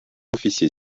officier